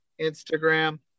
Instagram